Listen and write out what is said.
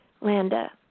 Landa